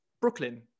Brooklyn